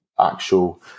actual